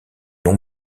long